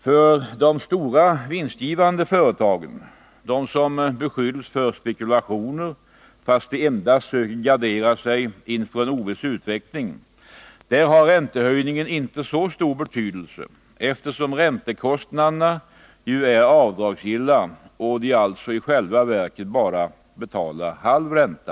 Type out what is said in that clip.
För de stora, vinstgivande företagen, de som beskylls för spekulationer fast de endast sökt gardera sig inför en oviss utveckling, har räntehöjningen inte så stor betydelse, eftersom räntekostnaderna ju är avdragsgilla och de alltså i själva verket bara betalar halv ränta.